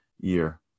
year